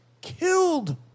killed